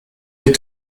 est